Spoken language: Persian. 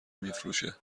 میفروشه